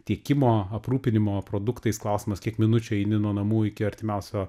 tiekimo aprūpinimo produktais klausimas kiek minučių eini nuo namų iki artimiausio